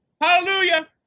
Hallelujah